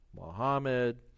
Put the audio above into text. Muhammad